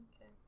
Okay